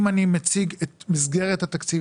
אם אני מציג את מסגרת התקציב,